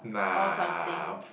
nah